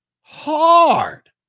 Hard